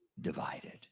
divided